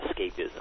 escapism